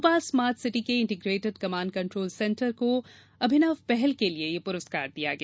Bhopal smart city के integrated command control centre को अभिनव पहल के लिए यह पुरस्कार दिया गया